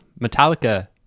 Metallica